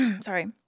sorry